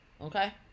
okay